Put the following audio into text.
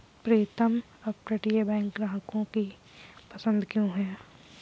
प्रीतम अपतटीय बैंक ग्राहकों की पसंद क्यों है?